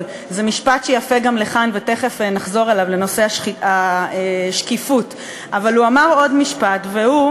אני אלך ואני אפגע במאמצים של השב"כ מצד אחד, ואחר